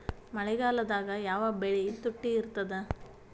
ಮಳೆಗಾಲದಾಗ ಯಾವ ಬೆಳಿ ತುಟ್ಟಿ ಇರ್ತದ?